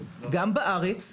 גם בארץ,